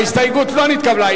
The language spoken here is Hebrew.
ההסתייגות לא נתקבלה.